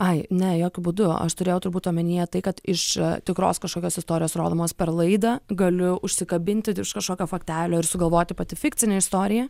ai ne jokiu būdu aš turėjau turbūt omenyje tai kad iš tikros kažkokios istorijos rodomos per laidą galiu užsikabinti už kažkokio faktelio ir sugalvoti pati fikcinę istoriją